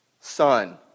son